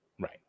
Right